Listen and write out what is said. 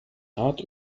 hard